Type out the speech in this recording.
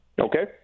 Okay